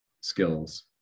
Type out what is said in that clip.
skills